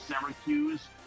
Syracuse